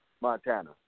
Montana